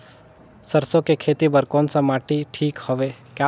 सरसो के खेती बार कोन सा माटी ठीक हवे?